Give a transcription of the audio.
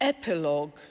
Epilogue